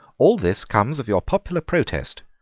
all this comes of your popular protest.